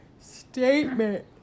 statement